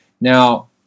Now